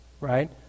right